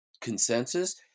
consensus